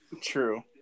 True